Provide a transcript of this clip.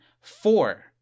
four